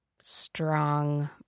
strong